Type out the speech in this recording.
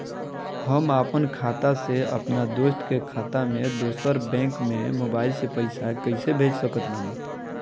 हम आपन खाता से अपना दोस्त के खाता मे दोसर बैंक मे मोबाइल से पैसा कैसे भेज सकत बानी?